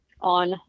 on